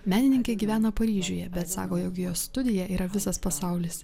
menininkė gyvena paryžiuje bet sako jog jos studija yra visas pasaulis